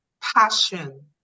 passion